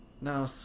now